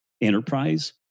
enterprise